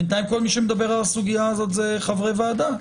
בינתיים כל מי שמדבר על הסוגיה הזאת זה חברי הוועדה.